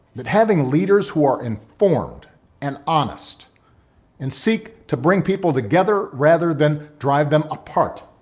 that having leaders who are informed and honest and seek to bring people together rather than drive them apart.